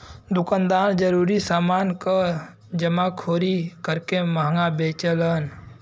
दुकानदार जरूरी समान क जमाखोरी करके महंगा बेचलन